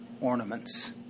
ornaments